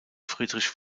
friedrich